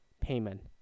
payment